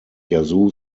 yazoo